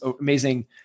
amazing